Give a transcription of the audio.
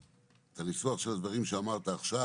הניסוח של הדברים שאמרת עכשיו,